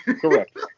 Correct